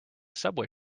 subway